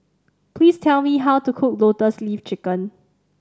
please tell me how to cook Lotus Leaf Chicken